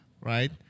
right